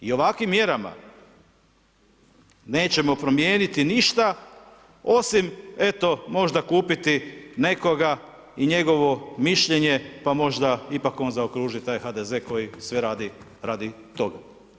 I ovakvim mjerama nećemo promijeniti ništa, osim eto možda kupiti nekoga i njegovo mišljenje, pa možda ipak on zaokruži taj HDZ koji sve radi radi toga.